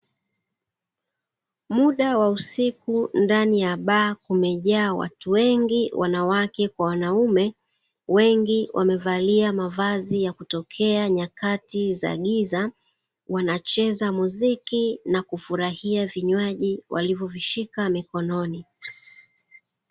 Muda wa usiku ndani ya baa kumejaa watu wengi wanawake kwa wanaume wengi wamevalia mavazi ya kutokea nyakati za giza, wanacheza muziki na kufurahia vinywaji walivyovishika mikononi.